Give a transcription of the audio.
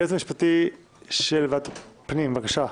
היועץ המשפטי של ועדת הפנים, בבקשה,